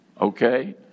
okay